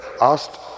asked